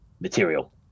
material